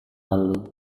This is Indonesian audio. lalu